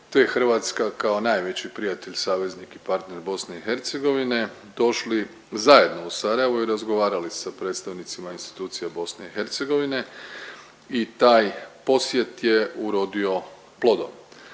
te Hrvatska kao najveći prijatelj, saveznik i partner BiH došli zajedno u Sarajevo i razgovarali sa predstavnicima institucija BiH i taj posjet je urodio plodom.